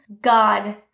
God